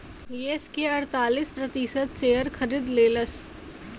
yes के अड़तालीस प्रतिशत शेअर खरीद लेलस